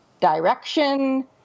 direction